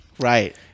Right